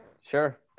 sure